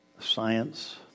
science